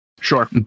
Sure